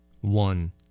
One